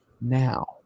now